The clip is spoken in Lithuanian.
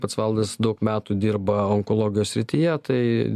pats valdas daug metų dirba onkologijos srityje tai